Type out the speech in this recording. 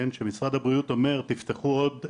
כשמשרד הבריאות אומר לפתוח עוד עמדות,